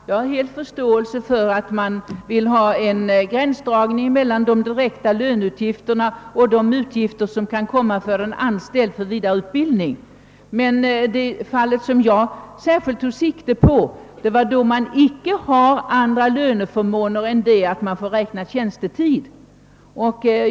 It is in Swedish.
Herr talman! Jag förstår mycket väl att det är önskvärt med en gränsdragning mellan de direkta löneutgifterna och de utgifter som staten kan ha för en anställd som genomgår vidareutbildning. Det fall som jag särskilt tog sikte på var emellertid det då anställda inte har annan löneförmån under ledigheten än att de får räkna tjänstetid.